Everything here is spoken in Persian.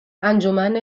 انجمن